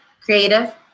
Creative